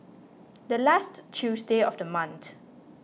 the last Tuesday of the month